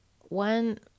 one